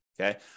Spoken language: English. okay